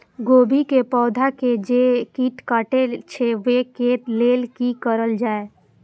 गोभी के पौधा के जे कीट कटे छे वे के लेल की करल जाय?